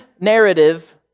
narrative